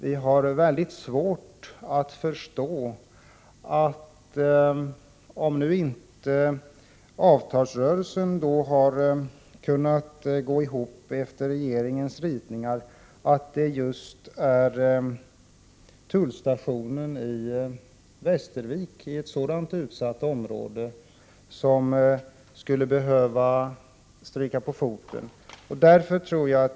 Vi har i Västervik svårt att förstå att just tullstationen i ett så utsatt område som Västervik skulle behöva stryka på foten, om avtalsrörelsen inte gått efter regeringens ritningar.